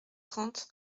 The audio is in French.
trente